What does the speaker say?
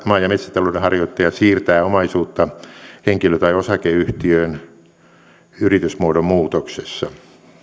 maa ja metsätalouden harjoittaja siirtää omaisuutta henkilö tai osakeyhtiöön yritysmuodon muutoksessa